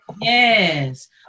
Yes